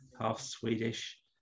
half-Swedish